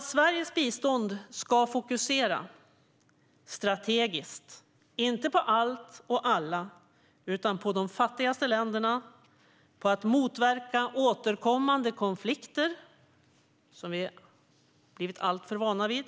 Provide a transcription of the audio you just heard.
Sveriges bistånd ska fokusera strategiskt, inte på allt och alla utan på de fattigaste länderna. Det ska fokusera på att motverka återkommande konflikter, som vi blivit alltför vana vid.